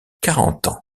carentan